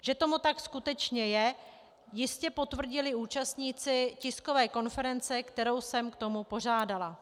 Že tomu tak skutečně je, jistě potvrdili účastníci tiskové konference, kterou jsem k tomu pořádala.